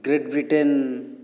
great Britain